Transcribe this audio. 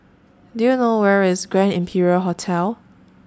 Do YOU know Where IS Grand Imperial Hotel